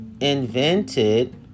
invented